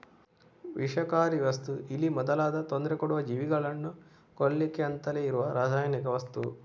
ವಿಷಕಾರಿ ವಸ್ತು ಇಲಿ ಮೊದಲಾದ ತೊಂದ್ರೆ ಕೊಡುವ ಜೀವಿಗಳನ್ನ ಕೊಲ್ಲಿಕ್ಕೆ ಅಂತಲೇ ಇರುವ ರಾಸಾಯನಿಕ ವಸ್ತು